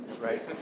right